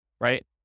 right